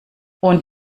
und